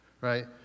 right